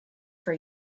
for